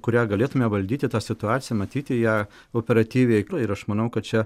kurią galėtumėme valdyti tą situaciją matyti ją operatyviai ir aš manau kad čia